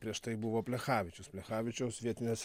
prieš tai buvo plechavičius plechavičiaus vietinės